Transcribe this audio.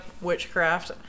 witchcraft